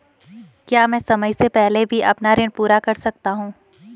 क्या मैं समय से पहले भी अपना ऋण पूरा कर सकता हूँ?